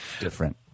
Different